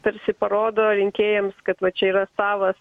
tarsi parodo rinkėjams kad va čia yra savas